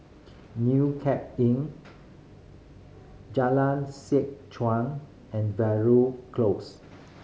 New Cape Inn Jalan Seh Chuan and Veeragoo Close